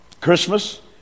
Christmas